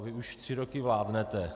Vy už tři roky vládnete.